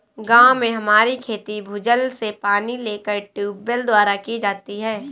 गांव में हमारी खेती भूजल से पानी लेकर ट्यूबवेल द्वारा की जाती है